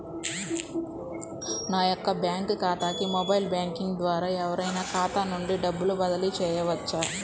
నా యొక్క బ్యాంక్ ఖాతాకి మొబైల్ బ్యాంకింగ్ ద్వారా ఎవరైనా ఖాతా నుండి డబ్బు బదిలీ చేయవచ్చా?